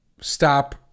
stop